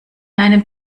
einem